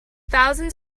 thousands